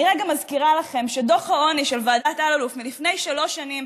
אני מזכירה לכם את דוח העוני של ועדת אלאלוף מלפני שלוש שנים,